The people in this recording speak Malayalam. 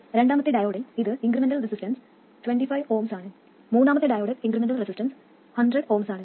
രണ്ടാമത്തെ ഡയോഡിൽ ഇത് ഇൻക്രിമെന്റൽ റെസിസ്റ്റൻസ് 25Ω ആണ് മൂന്നാമത്തെ ഡയോഡിൽ ഇൻക്രിമെന്റൽ റെസിസ്റ്റൻസ് 100Ω ആണ്